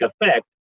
effect